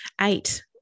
eight